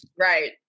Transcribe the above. right